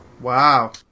Wow